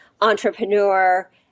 entrepreneur